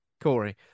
Corey